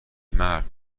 مرد